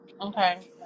Okay